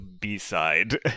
B-side